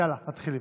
יאללה, מתחילים.